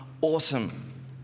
awesome